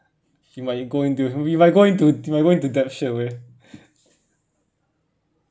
he might go into he might go into go into debt straight away